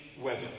weather